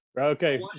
okay